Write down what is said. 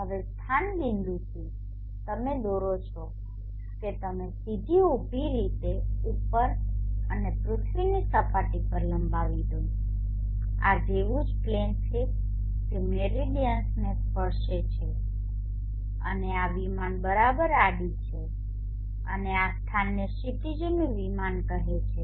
હવે સ્થાન બિંદુથી તમે દોરો છો કે તમે સીધી ઉપર ઉભી રીતે ઉપર અને પૃથ્વીની સપાટી પર લંબાવી દો ચાલો આ જેવું જ પ્લેન જે મેરિડીયનને સ્પર્શે છે અને આ વિમાન બરાબર આડી છે અને આ સ્થાનને ક્ષિતિજનું વિમાન કહેવામાં આવે છે